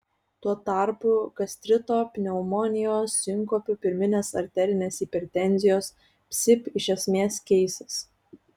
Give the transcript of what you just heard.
tuo tarpu gastrito pneumonijos sinkopių pirminės arterinės hipertenzijos psip iš esmės keisis